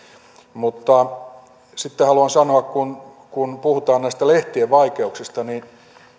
mutta sitten haluan sanoa kun kun puhutaan näistä lehtien vaikeuksista